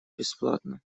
бесплатно